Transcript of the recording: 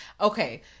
Okay